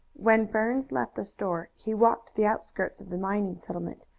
when burns left the store he walked to the outskirts of the mining settlement,